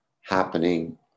happening